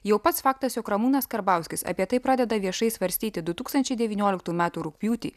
jau pats faktas jog ramūnas karbauskis apie tai pradeda viešai svarstyti du tūkstančiai devynioliktų metų rugpjūtį